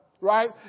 right